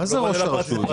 ראש הרשות,